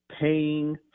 paying